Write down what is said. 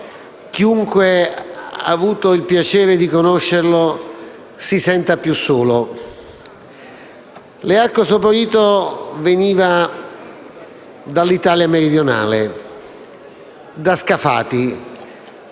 chiunque abbia avuto il piacere di conoscerlo si senta più solo. Learco Saporito veniva dall'Italia meridionale, da Scafati.